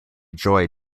joy